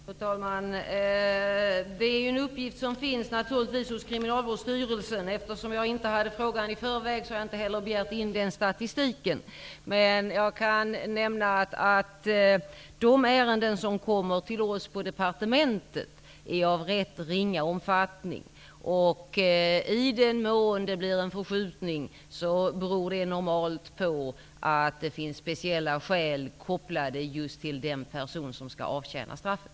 Fru talman! Den här uppgiften finns naturligtvis hos Kriminalvårdsstyrelsen. Eftersom jag inte har fått frågan i förväg har jag inte heller begärt in den statistiken. Men jag kan nämna att de ärenden som kommer till oss på departementet är av rätt ringa omfattning. I den mån det blir en förskjutning beror det normalt på att det finns speciella skäl kopplade just till den person som skall avtjäna straffet.